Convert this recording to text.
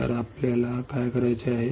तर आपल्याला काय करायचे आहे